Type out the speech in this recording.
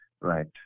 right